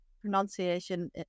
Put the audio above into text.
pronunciation